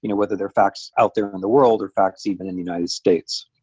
you know whether they're facts out there in in the world or facts even in the united states.